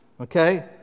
okay